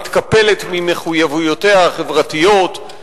מתקפלת ממחויבויותיה החברתיות,